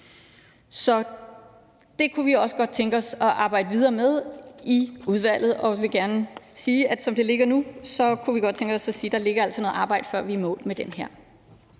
Så det kunne vi også godt tænke os at arbejde videre med i udvalget, og som det ligger nu, kunne vi godt tænke os at sige, at der altså ligger noget arbejde, før vi er i mål med det her.